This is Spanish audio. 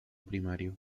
primario